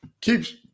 keeps